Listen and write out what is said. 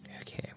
Okay